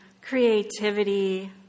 creativity